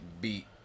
beat